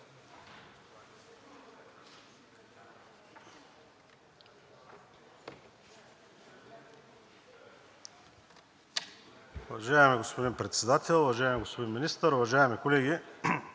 Уважаеми господин Председател, уважаеми господин Министър, уважаеми колеги!